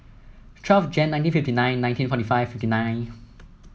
twelve January nineteen fifty nine nineteen forty five fifty nine